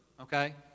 Okay